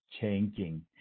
changing